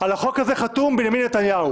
על החוק הזה חתום בנימין נתניהו.